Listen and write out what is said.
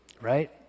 right